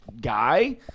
guy